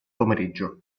pomeriggio